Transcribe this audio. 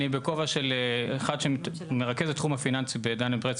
אני בכובע של אחד שמרכז את תחום הפיננסי בדן אמפריס,